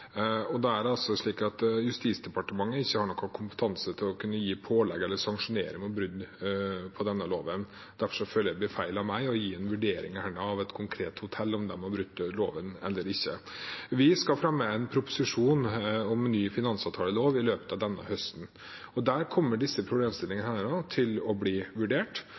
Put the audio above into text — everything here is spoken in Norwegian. har ikke kompetanse til å gi pålegg eller sanksjonere brudd på denne loven. Derfor føler jeg det blir feil av meg å gi en vurdering her av hvorvidt et konkret hotell har brutt loven eller ikke. Vi skal fremme en proposisjon om en ny finansavtalelov i løpet av denne høsten. Der kommer disse problemstillingene til å bli vurdert,